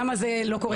למה זה לא קורה?